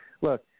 Look